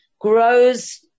grows